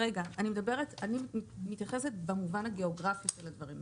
אני מתייחסת למובן הגיאוגרפי של הדברים,